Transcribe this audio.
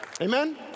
Amen